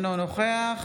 אינו נוכח